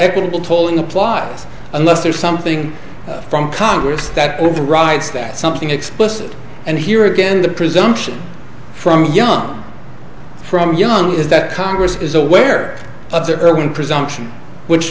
equitable tolling applies unless there's something from congress that overrides that something explicit and here again the presumption from the young from young is that congress is aware of the early presumption which